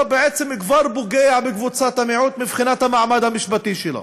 אתה בעצם כבר פוגע בקבוצת המיעוט מבחינת המעמד המשפטי שלו.